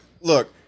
look